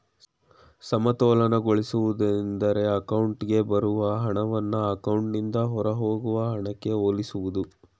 ಸಮತೋಲನಗೊಳಿಸುವುದು ಎಂದ್ರೆ ಅಕೌಂಟ್ಗೆ ಬರುವ ಹಣವನ್ನ ಅಕೌಂಟ್ನಿಂದ ಹೊರಹೋಗುವ ಹಣಕ್ಕೆ ಹೋಲಿಸುವುದು